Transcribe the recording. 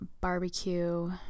Barbecue